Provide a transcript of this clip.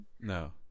No